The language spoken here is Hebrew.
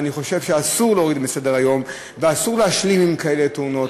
ואני חושב שאסור להוריד מסדר-היום ואסור להשלים עם כאלה תאונות,